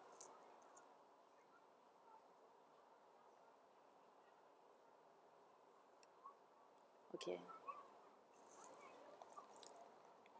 okay